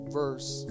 verse